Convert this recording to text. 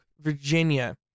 Virginia